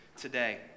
today